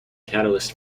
catalyst